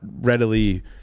readily